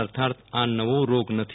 અર્થાત આ નવો રોગ નથી